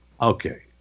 Okay